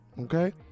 Okay